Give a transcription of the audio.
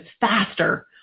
faster